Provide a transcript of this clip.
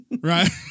Right